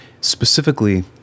specifically